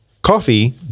Coffee